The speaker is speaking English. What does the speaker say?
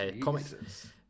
comics